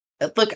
Look